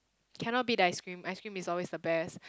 cannot beat the ice-cream ice-cream is always the best